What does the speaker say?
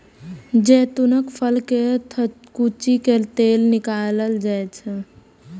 जैतूनक फल कें थकुचि कें तेल निकालल जाइ छै